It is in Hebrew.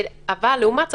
אבל לעומת זאת,